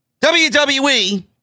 WWE